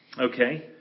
Okay